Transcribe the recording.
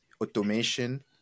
automation